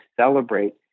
celebrate